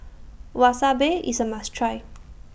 Wasabi IS A must Try